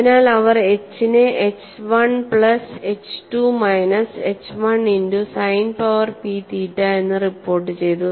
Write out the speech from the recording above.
അതിനാൽ അവർ എച്ച് നെ H 1 plus H 2 minus H 1 into sine power P theta എന്ന് റിപ്പോർട്ടുചെയ്തു